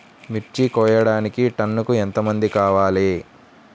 మిర్చి కోయడానికి టన్నుకి ఎంత మంది కావాలి?